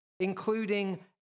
including